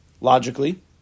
logically